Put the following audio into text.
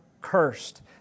cursed